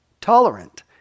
tolerant